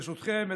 ברשותכם.